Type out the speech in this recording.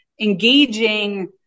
engaging